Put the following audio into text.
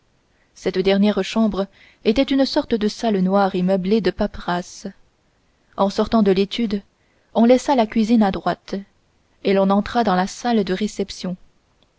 cette dernière chambre était une sorte de salle noire et meublée de paperasses en sortant de l'étude on laissa la cuisine à droite et l'on entra dans la salle de réception